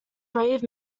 brave